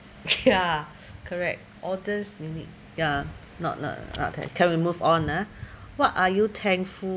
ya correct orders you need ya not not not that okay we move on ah what are you thankful